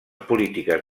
polítiques